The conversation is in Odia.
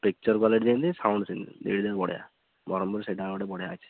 ପିକ୍ଚର୍ କ୍ୱାଲିଟି ଯେମିତି ସାଉଣ୍ଡ୍ ସେମିତି ଦିଇଟା ଯାକ ବଢ଼ିଆ ବଂରହ୍ମ୍ପୁରରେ ସେଇଟା ଗୋଟେ ବଢ଼ିଆ ଅଛି